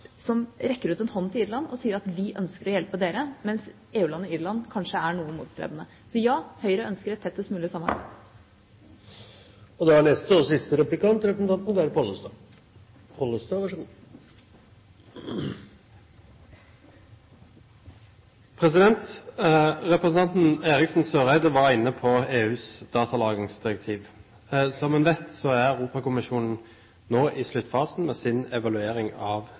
rekker ut en hånd til Irland og sier at de ønsker å hjelpe dem, mens EU-landet Irland kanskje er noe motstrebende. Så ja, Høyre ønsker et tettest mulig samarbeid. Representanten Eriksen Søreide var inne på EUs datalagringsdirektiv. Som man vet, er Europakommisjonen nå i sluttfasen med sin evaluering av